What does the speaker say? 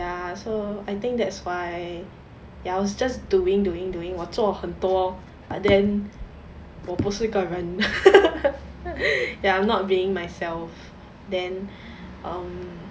ya so I think that's why I was just doing doing doing 我做很多 but then 我不是个人 ya I'm not being myself then um